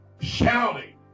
shouting